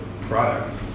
product